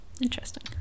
Interesting